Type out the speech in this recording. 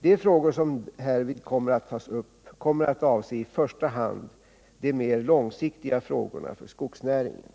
De frågor som härvid kommer att tas upp kommer att i första hand avse de mer långsiktiga frågorna för skogsnäringen.